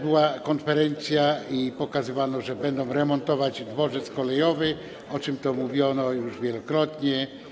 Była też konferencja i pokazywano, że będą remontować dworzec kolejowy, o czym mówiono już wielokrotnie.